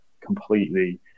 completely